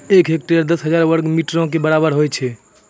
एक हेक्टेयर, दस हजार वर्ग मीटरो के बराबर होय छै